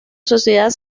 sociedad